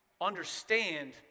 understand